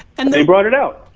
and they brought it out.